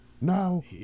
No